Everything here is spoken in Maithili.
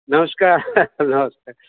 नमस्कार नमस्कार